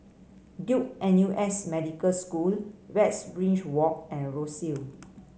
Duke N U S Medical School Westridge Walk and Rosyth